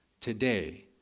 today